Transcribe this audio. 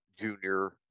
junior